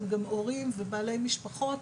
הם גם הורים ובעלי משפחות.